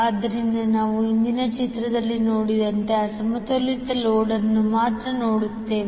ಆದ್ದರಿಂದ ನಾವು ಹಿಂದಿನ ಚಿತ್ರದಲ್ಲಿ ನೋಡಿದಂತೆ ಅಸಮತೋಲಿತ ಲೋಡ್ ಅನ್ನು ಮಾತ್ರ ನೋಡುತ್ತೇವೆ